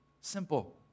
Simple